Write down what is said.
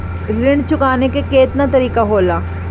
ऋण चुकाने के केतना तरीका होला?